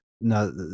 No